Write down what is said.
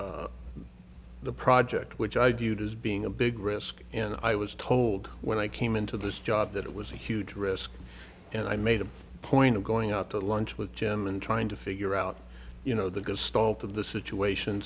the project which i viewed as being a big risk and i was told when i came into this job that it was a huge risk and i made a point of going out to lunch with jim and trying to figure out you know the gestalt of the situation